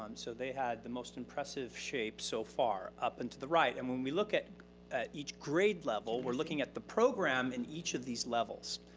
um so they had the most impressive shape so far, up and to the right. and when we look at at each grade level, we're looking at the program in each of these levels.